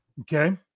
Okay